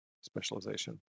specialization